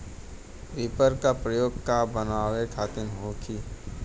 Reaper का प्रयोग का बनावे खातिन होखि?